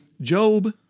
Job